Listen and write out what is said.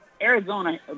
Arizona